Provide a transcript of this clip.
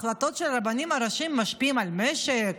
ההחלטות של הרבנים הראשיים משפיעות על המשק,